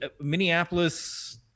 Minneapolis